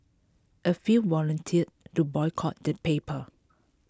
a few volunteered to boycott the paper